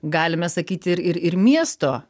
galime sakyti ir ir ir miesto